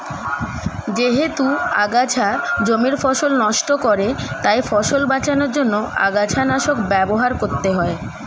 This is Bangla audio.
যেহেতু আগাছা জমির ফসল নষ্ট করে তাই ফসল বাঁচানোর জন্য আগাছানাশক ব্যবহার করতে হয়